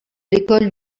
l’école